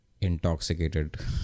Intoxicated